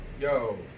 yo